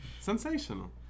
Sensational